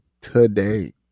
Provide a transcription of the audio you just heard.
Today